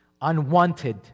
unwanted